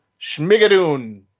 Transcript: Schmigadoon